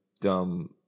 dumb